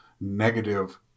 negative